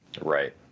Right